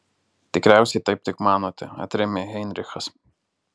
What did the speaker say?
tikriausiai taip tik manote atrėmė heinrichas